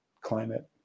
climate